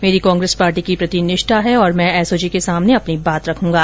मेरी कांग्रेस पार्टी के प्रति निष्ठा है मैं एसओजी के सामने अपनी बात रखूंगा